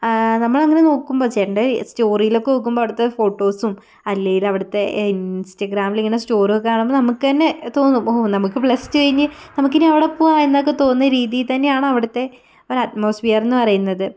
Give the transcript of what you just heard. ആ നമ്മളങ്ങനെ നോക്കുമ്പോൾ ചേട്ടൻ്റെ സ്റ്റോറിയിലൊക്കെ നോക്കുമ്പോൾ അവിടുത്തെ ഫോട്ടോസും അല്ലെങ്കിൽ അവിടുത്തെ ഇൻസ്റ്റാഗ്രാമിലിങ്ങനെ സ്റ്റോറിയൊക്കെ കാണുമ്പോൾ നമുക്ക് തന്നെ തോന്നും ഓ നമുക്ക് പ്ലസ് ടു കഴിഞ്ഞ് നമുക്കിനി അവിടെ പോകാം എന്നൊക്കെ തോന്നണ രീതിയിൽ തന്നെയാണ് അവിടുത്തെ ഒരറ്റ്മോസ്ഫിയർ എന്ന് പറയുന്നത്